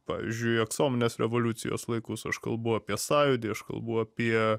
pavyzdžiui aksominės revoliucijos laikus aš kalbu apie sąjūdį aš kalbu apie